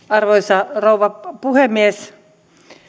arvoisa rouva puhemies